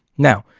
now,